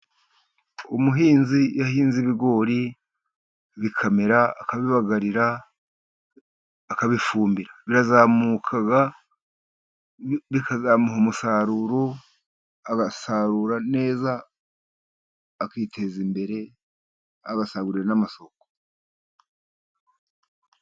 Umuhinzi iyo ahinze ibigori bikamera akabibagarira, akabifumbira , birazamuka bikazamuha umusaruro, agasarura neza, akiteza imbere, agasagurira n'amasoko.